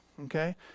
okay